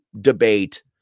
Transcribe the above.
debate